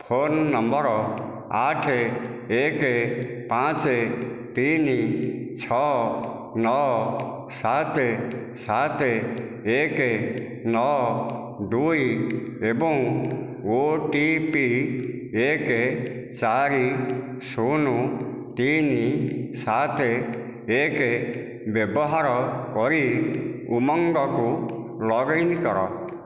phone number ଆଠ ଏକ ପାଞ୍ଚ ତିନି ଛଅ ନଅ ସାତ ସାତ ଏକ ନଅ ଦୁଇ ଏବଂ ଓ ଟି ପି ଏକ ଚାରି ଶୂନ ତିନି ସାତ ଏକ ବ୍ୟବହାର କରି ଉମଙ୍ଗ୍ କୁ ଲଗ୍ଇନ୍ କର